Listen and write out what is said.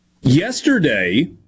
Yesterday